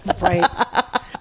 Right